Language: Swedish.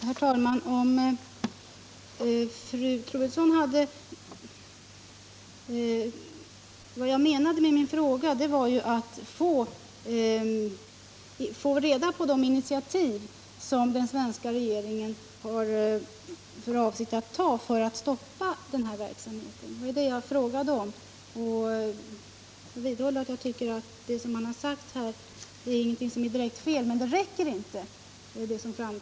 Herr talman! Vad jag menade med min fråga var att få reda på de initiativ som den svenska regeringen har för avsikt att ta för att stoppa den här verksamheten. Det var det jag frågade om. Jag vidhåller att det som man har sagt här, även om det inte är direkt fel, dock inte räcker till.